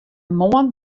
moarn